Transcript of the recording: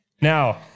Now